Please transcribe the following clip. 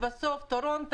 בטורונטו,